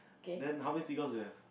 then how many seagulls you have